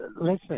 Listen